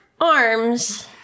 arms